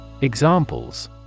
Examples